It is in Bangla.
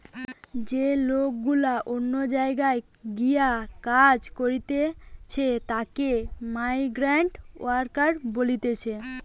যে লোক গুলা অন্য জায়গায় গিয়ে কাজ করতিছে তাকে মাইগ্রান্ট ওয়ার্কার বলতিছে